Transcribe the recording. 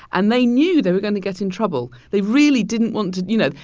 and they knew they were going to get in trouble. they really didn't want to you know,